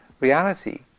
reality